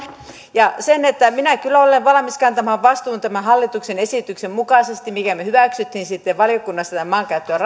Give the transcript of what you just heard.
minä kyllä olen valmis kantamaan vastuun senkin hallituksen esityksen mukaisesti minkä me hyväksyimme valiokunnassa tästä maankäyttö ja